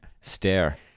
stare